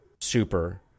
super